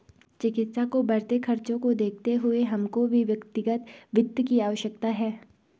चिकित्सा के बढ़ते खर्चों को देखते हुए हमको भी व्यक्तिगत वित्त की आवश्यकता है